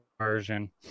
version